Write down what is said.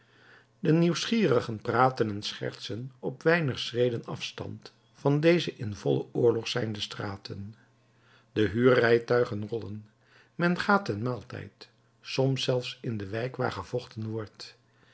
de nieuwsgierigen praten en schertsen op weinig schreden afstand van deze in vollen oorlog zijnde straten de huurrijtuigen rollen men gaat ten maaltijd soms zelfs in de wijk waar gevochten wordt